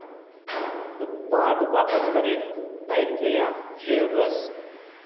उत्पाद वापस करें टाइटनिआ हेयर ब्रस